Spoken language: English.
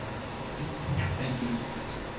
and yep. thank you, mr. jessup.